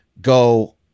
go